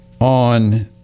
on